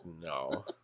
no